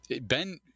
Ben